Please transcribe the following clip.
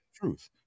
truth